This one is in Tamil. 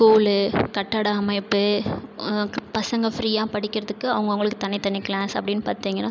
ஸ்கூல் கட்டிட அமைப்பு பசங்க ஃப்ரீயாக படிக்கிறத்துக்கு அவங்கவங்களுக்கு தனி தனி கிளாஸ் அப்படின் பார்த்திங்கனா